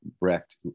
brecht